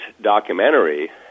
documentary